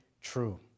true